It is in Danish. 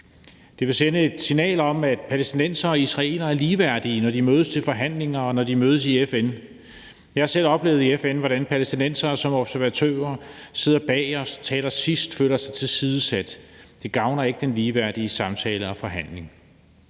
Det vil sende et signal om, at palæstinensere og israelere er ligeværdige, når de mødes til forhandlinger, og når de mødes i FN. Jeg har selv oplevet i FN, hvordan palæstinensere som observatører sidder bagest, taler sidst, føler sig tilsidesat. Det gavner ikke den ligeværdige samtale og forhandling.